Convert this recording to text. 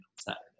Saturday